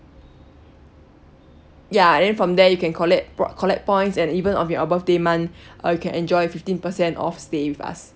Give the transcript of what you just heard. ya then from there you can collect collect points and even of your birthday month uh you can enjoy fifteen percent off stay with us